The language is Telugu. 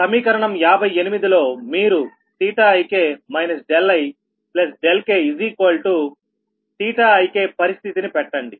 సమీకరణం 58 లో మీరు ik ikikపరిస్థితిని పెట్టండి